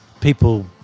people